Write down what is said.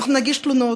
אנחנו נגיש תלונות,